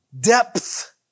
depth